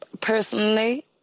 personally